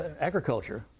agriculture